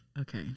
okay